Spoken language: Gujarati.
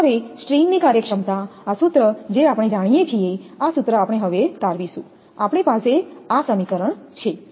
હવે સ્ટ્રિંગની કાર્યક્ષમતા આ સૂત્ર જે આપણે જાણીએ છીએ આ સૂત્ર આપણે હવે તારવીશું આપણી પાસે આ સમીકરણ છે